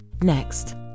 Next